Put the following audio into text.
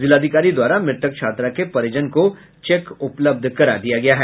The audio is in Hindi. जिलाधिकारी द्वारा मृतक छात्रा के परिजन को चेक उपलब्ध करा दिया गया है